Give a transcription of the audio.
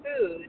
food